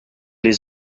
les